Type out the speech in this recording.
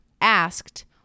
asked